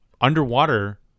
underwater